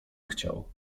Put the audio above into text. chciał